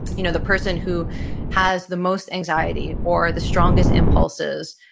you know the person who has the most anxiety or the strongest impulses,